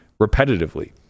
repetitively